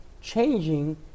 changing